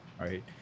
right